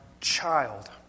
child